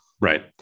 Right